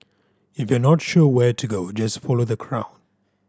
if you're not sure where to go just follow the crowd